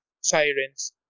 sirens